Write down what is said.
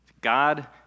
God